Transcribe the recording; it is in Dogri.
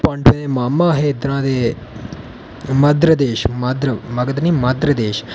पांडवें दे मामा हे इद्धरा दे माधर देश मगध निं माधर देश